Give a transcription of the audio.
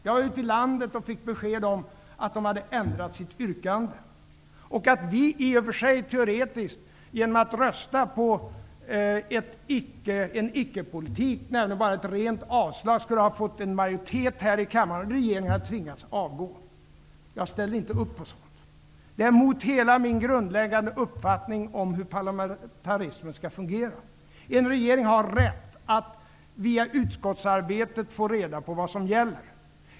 Jag var ute i landet och fick besked om att de hade ändrat sitt yrkande och att vi i och för sig teoretiskt genom att rösta på en icke-politik, närmare bara ett rent avslag, skulle ha fått en majoritet här i kammaren, och regeringen hade tvingats att avgå. Jag ställer inte upp på sådant. Det är mot hela min grundläggande uppfattning om hur parlamentarismen skall fungera. En regering har rätt att via utskottsarbetet få reda på vad som gäller.